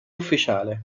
ufficiale